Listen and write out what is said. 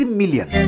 million